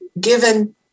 given